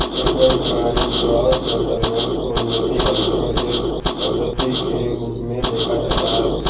real time gross settlement को निधि अंतरण की पद्धति के रूप में देखा जाता है